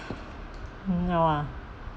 no ah